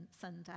Sunday